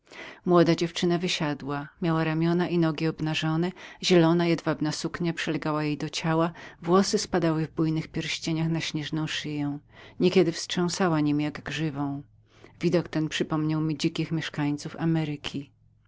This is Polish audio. młoda dziewczyna wysiadła miała ramiona i nogi obnażonaobnażone zielona jedwabna suknia przylegała jej do ciała włosy spadały w bujnych pierścieniach na śnieżną szyję niekiedy wstrząsała niemi jak grzywą widok ten przypomniał mi dzikich mieszkańców ameryki